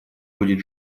будет